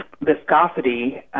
viscosity